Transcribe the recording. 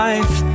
Life